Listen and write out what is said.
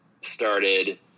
started